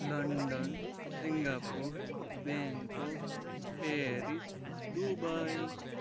London Singapore Bangkok Paris Dubai